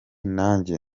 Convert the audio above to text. nanjye